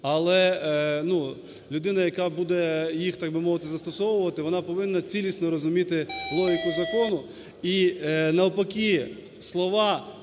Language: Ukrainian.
але людина, яка буде їх, так би мовити, застосовувати, вона повинна цілісно розуміти логіку закону.